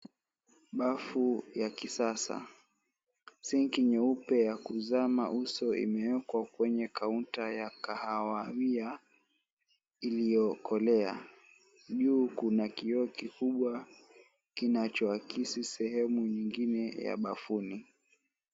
Bafu ya kisasa, sinki nyeupe ya kuzama uso imeekwa kwenye kaunta ya kahawia iliyokolea. Juu kuna kioo kikubwa kinachoakisi sehemu nyingine ya bafuni.